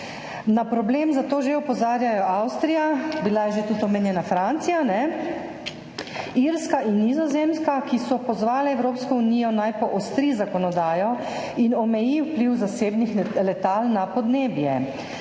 Na problem zato že opozarjajo Avstrija, bila je že tudi omenjena Francija, Irska in Nizozemska, ki so pozvale Evropsko unijo, naj poostri zakonodajo in omeji vpliv zasebnih letal na podnebje.